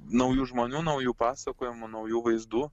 naujų žmonių naujų pasakojimų naujų vaizdų